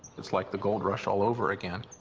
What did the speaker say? it's like the goldrush all over again.